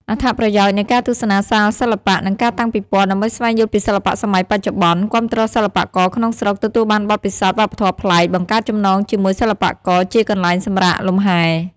អត្ថប្រយោជន៍នៃការទស្សនាសាលសិល្បៈ និងការតាំងពិពណ៌ ដើម្បីស្វែងយល់ពីសិល្បៈសម័យបច្ចុប្បន្ន គាំទ្រសិល្បករក្នុងស្រុក ទទួលបានបទពិសោធន៍វប្បធម៌ប្លែក បង្កើតចំណងជាមួយសិល្បករ ជាកន្លែងសម្រាកលំហែ។